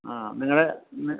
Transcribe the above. ആ നിങ്ങളുടെ